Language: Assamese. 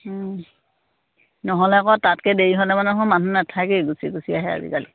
নহ'লে আকৌ তাতকৈ দেৰি হ'লে মানেদেখোন মানুহ নাথাকেই গুচি গুচি আহে আজিকালি